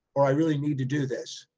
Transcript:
or i really need to do this'.